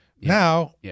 Now